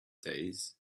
days